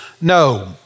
no